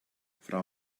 frau